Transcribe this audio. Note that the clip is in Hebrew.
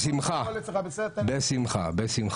בשמחה, בשמחה.